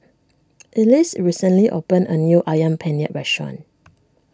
Ellis recently opened a new Ayam Penyet restaurant